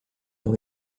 dans